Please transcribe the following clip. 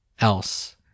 else